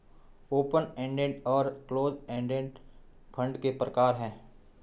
open ended और close ended fund के प्रकार हैं